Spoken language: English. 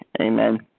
Amen